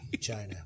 China